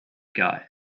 guy